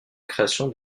création